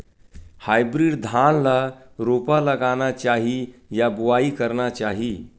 Hybrid धान ल रोपा लगाना चाही या बोआई करना चाही?